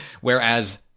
Whereas